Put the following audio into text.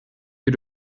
you